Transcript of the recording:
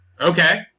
Okay